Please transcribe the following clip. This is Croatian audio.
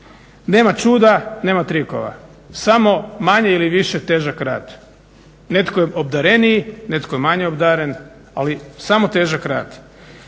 Nema čuda, nema trikova samo manje ili više težak rad. Netko je obdareniji, netko je manje obdaren ali samo težak rad.